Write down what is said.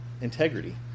integrity